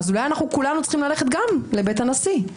אולי אנו צריכים ללכת גם לבית הנשיא?